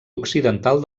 occidental